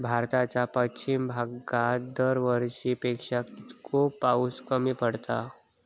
भारताच्या पश्चिम भागात दरवर्षी पेक्षा कीतको पाऊस कमी पडता?